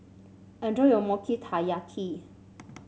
enjoy your Mochi Taiyaki